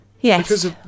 Yes